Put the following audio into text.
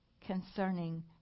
concerning